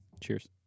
cheers